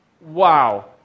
wow